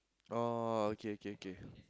oh okay okay okay